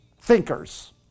thinkers